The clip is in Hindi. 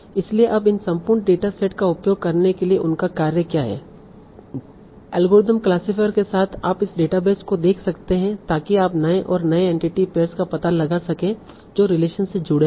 इसलिए अब इन संपूर्ण डेटा सेट का उपयोग करने के लिए उनका कार्य क्या है एल्गोरिथम क्लासिफायर के साथ आप इस डेटाबेस को देख सकते है ताकि आप नए और नए एंटिटी पेयर्स का पता लगा सकें जो रिलेशन से जुड़े हैं